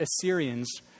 Assyrians